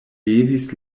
levis